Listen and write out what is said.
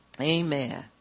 Amen